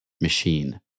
machine